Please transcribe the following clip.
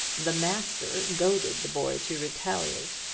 the master goaded the boy to retaliate.